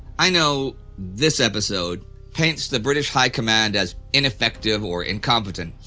i know this episode paints the british high command as ineffective or incompetent,